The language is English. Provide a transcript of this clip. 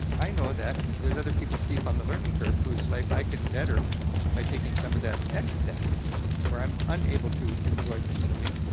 i know that there's other people steep on the learning curve who's life i can better by taking some of that excess where i'm unable to enjoy consuming,